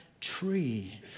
tree